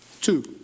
Two